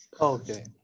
Okay